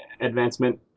advancement